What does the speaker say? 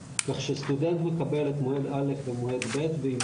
כך שסטודנט מקבל את מועד א' ומועד ב' ואם